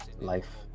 life